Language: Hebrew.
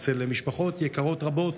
אצל משפחות יקרות רבות